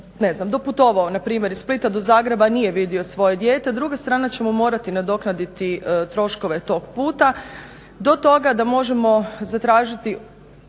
doputovao, npr. iz Splita do Zagreba nije vidio svoje dijete, druga strana će mu morati nadoknaditi troškove tog puta, do toga da možemo zatražiti,